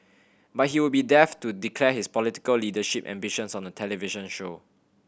but he would be daft to declare his political leadership ambitions on a television show